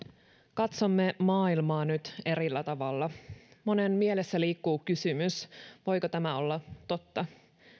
katsomme maailmaa nyt erillä tavalla monen mielessä liikkuu kysymys voiko tämä olla totta